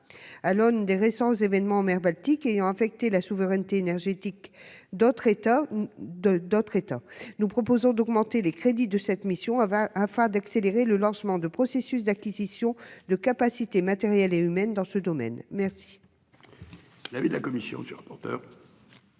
À l'aune des récents événements en mer Baltique ayant affecté la souveraineté énergétique d'autres États, nous proposons d'augmenter les crédits de cette mission, afin d'accélérer le lancement de processus d'acquisition de capacités matérielles et humaines dans ce domaine. Quel